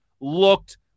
looked